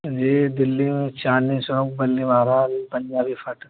جی دلّی میں چاندنی چوک بلی ماران پنجابی پھاٹک